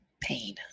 pain